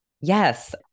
Yes